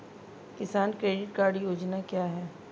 किसान credit card योजना क्या है?